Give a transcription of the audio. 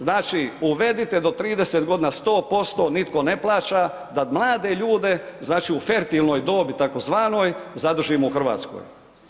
Znači, uvedite do 30 godina 100%, nitko ne plaća da mlade ljude, znači u fertilnoj dobit tzv. zadržimo u Hrvatskoj.